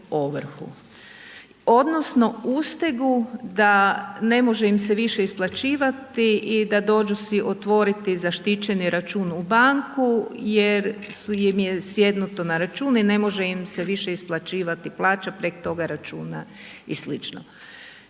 odnosno ustegu da ne može im se više isplaćivati i da dođu si otvoriti zaštićeni račun u banku jer im je sjednuto na račun i ne može im se više isplaćivati plaća preko toga računa i sl.